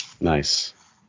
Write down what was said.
Nice